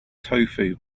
tofu